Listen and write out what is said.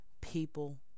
people